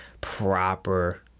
proper